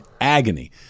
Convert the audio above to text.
agony